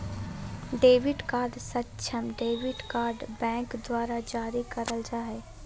debit card सक्षम debit card bank द्वारा जारी करल जा हइ